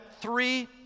three